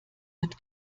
wird